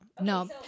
no